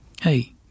Hey